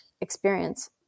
experience